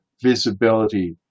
visibility